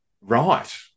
Right